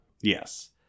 yes